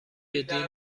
جدی